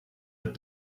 with